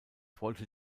wollte